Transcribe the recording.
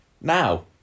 Now